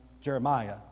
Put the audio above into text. Jeremiah